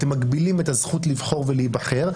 אתם מגבילים את הזכות לבחור ולהיבחר.